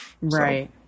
Right